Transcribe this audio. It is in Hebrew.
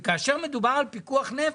וכאשר מדובר על פיקוח נפש,